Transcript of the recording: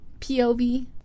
pov